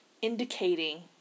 Indicating